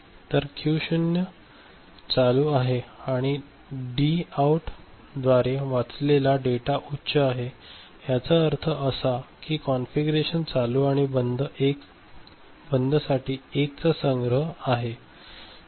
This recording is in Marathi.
तर क्यू शून्य चालू आहे आणि डी आऊटद्वारे वाचलेला डेटा उच्च आहे याचा अर्थ असा की अशा कॉन्फिगरेशन चालू आणि बंदसाठी 1 चा संग्रह आहे झाला आहे